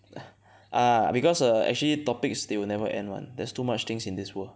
because uh actually topics they will never end [one] there's too much things in this world